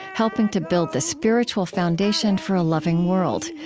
helping to build the spiritual foundation for a loving world.